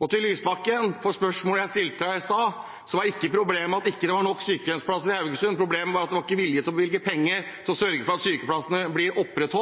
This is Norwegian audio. med. Til Lysbakken og spørsmålet jeg stilte her i stad: Problemet var ikke at det ikke var nok sykehjemsplasser i Haugesund. Problemet var